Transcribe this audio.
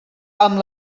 amb